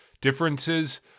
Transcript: differences